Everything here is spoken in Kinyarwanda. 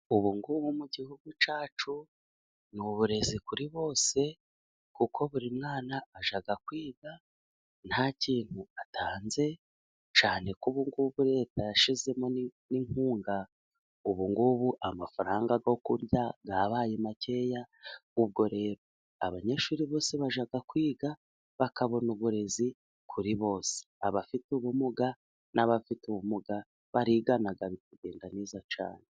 Ubu ngubu mu gihugu cyacu ni uburezi kuri bose, kuko buri mwana ajya kwiga nta kintu atanze, cyane ko ubungubu Leta yashyizemo n'inkunga. Ubungubu amafaranga yo kurya yabaye makeya, ubwo rero abanyeshuri bose bajya kwiga bakabona uburezi kuri bose. Abafite ubumuga n'abadafite ubumuga barigana bikagenda neza cyane.